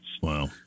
Wow